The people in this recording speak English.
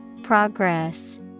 progress